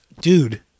Dude